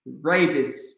Ravens